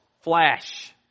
flash